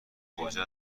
گوجه